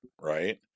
right